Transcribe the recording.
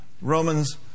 Romans